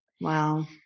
Wow